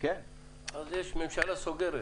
הוא שר: הממשלה סוגרת.